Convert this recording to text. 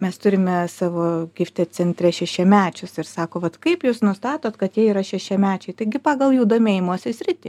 mes turime savo giftet centre šešiamečius ir sako vat kaip jūs nustatot kad jie yra šešiamečiai taigi pagal jų domėjimosi sritį